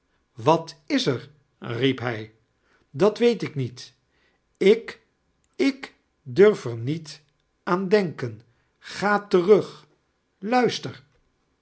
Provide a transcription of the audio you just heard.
wat is er riep hij dat weet ik niet ik ik durf er niet aan denken gra terug luister